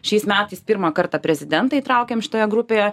šiais metais pirmą kartą prezidentą įtraukėm šitoje grupėje